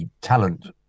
talent